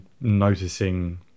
noticing